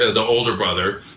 ah the older brother.